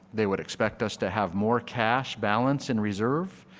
they would expect us to have more cash balance and reserve,